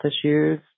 issues